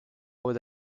would